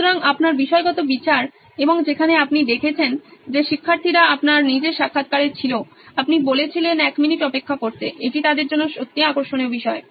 সুতরাং আপনার বিষয়গত বিচার এবং যেখানে আপনি দেখেছেন যে শিক্ষার্থীরা আপনার নিজের সাক্ষাৎকারে ছিল আপনি বলেছিলেন এক মিনিট অপেক্ষা করতে এটি তাদের জন্য সত্যিই আকর্ষণীয় বিষয়